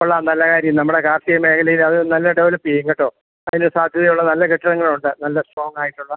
കൊള്ളാം നല്ല കാര്യം നമ്മുടെ കാർഷികമേഖലയിലത് നല്ല ഡെവലപ്പ് ചെയ്യും കേട്ടോ അതിന് സാധ്യതയുള്ള നല്ല കെട്ടിടങ്ങളുണ്ട് നല്ല സ്ട്രോംഗായിട്ടുള്ള